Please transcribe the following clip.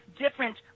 different